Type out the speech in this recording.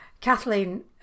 Kathleen